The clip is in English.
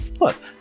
Look